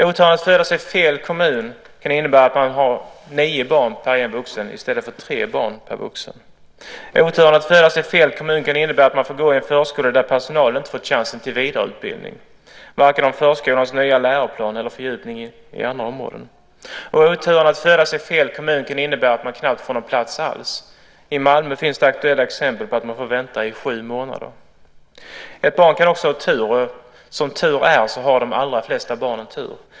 Oturen att födas i "fel" kommun kan innebära att man har nio i stället för tre barn per vuxen i förskolan. Oturen att födas i "fel" kommun kan också innebära att barnen får gå i en förskola där personalen inte fått chansen till vidareutbildning vare sig vad gäller förskolans nya läroplan eller fördjupning på andra områden. Oturen att födas i "fel" kommun kan även innebära att barnen knappt får en plats alls. I Malmö finns aktuella exempel på att man får vänta i sju månader på en förskoleplats. Ett barn kan också ha tur. Och som tur är har de allra flesta barn tur.